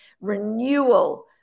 renewal